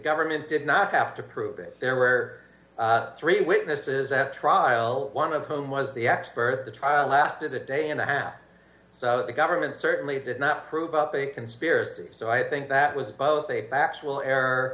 government did not have to prove it there were three witnesses at trial one of whom was the expert the trial lasted a day and a half so the government certainly did not prove up a conspiracy so i think that was both a bac